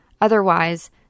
Otherwise